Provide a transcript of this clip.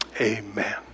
amen